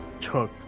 took